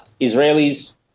Israelis